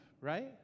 right